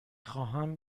خواهم